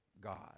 God